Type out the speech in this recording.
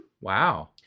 Wow